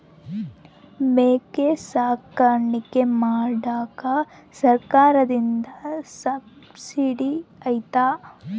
ಮೇಕೆ ಸಾಕಾಣಿಕೆ ಮಾಡಾಕ ಸರ್ಕಾರದಿಂದ ಸಬ್ಸಿಡಿ ಐತಾ?